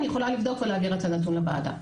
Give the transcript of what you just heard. אני יכולה לבדוק ולהעביר את הנתון לוועדה.